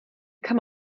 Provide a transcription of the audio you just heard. kann